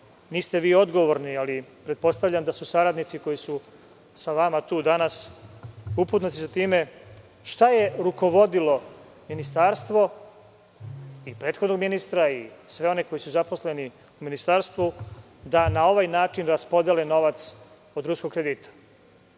niste vi odgovorni, ali pretpostavljam da su saradnici koji su sa vama tu danas upoznati sa time, šta je rukovodilo Ministarstvo i prethodnog ministra i sve one koji su zaposleni u Ministarstvu, da na ovaj način raspodele novac od ruskog kredita